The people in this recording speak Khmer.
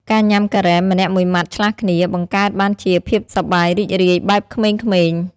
ការញ៉ាំការ៉េមម្នាក់មួយម៉ាត់ឆ្លាស់គ្នា បង្កើតបានជាភាពសប្បាយរីករាយបែបក្មេងៗ។